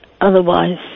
otherwise